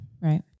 Right